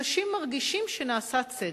אנשים מרגישים שנעשה צדק.